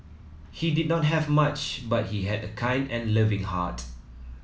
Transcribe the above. he did not have much but he had a kind and loving heart